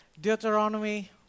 Deuteronomy